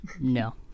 No